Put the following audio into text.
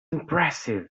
impressive